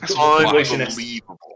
Unbelievable